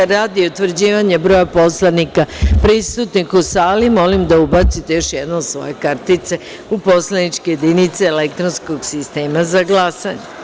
Radi utvrđivanja broja narodnih poslanika prisutnih u sali, molim da ubacite još jednom svoje identifikacione kartice u poslaničke jedinice elektronskog sistema za glasanje.